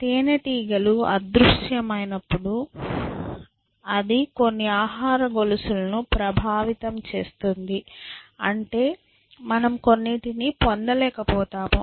తేనెటీగలు అదృశ్యమైనప్పుడు అది కొన్ని ఆహార గొలుసులను ప్రభావితం చేస్తుంది అంటే మనం కొన్నింటిని పొందలేక పోతాము